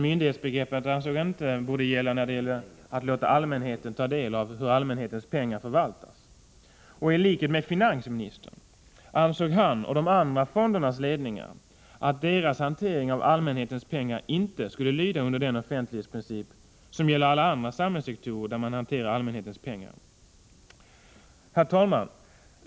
Myndighetsbegreppet ansåg han dock inte gällde för att låta allmänheten ta del av hur allmänhetens pengar förvaltas. I likhet med finansministern ansåg han och de andra fondernas ledningar att deras hantering av allmänhetens pengar inte skulle lyda under den offentlighetsprincip som gäller alla andra samhällssektorer där man hanterar allmänhetens pengar. Herr talman!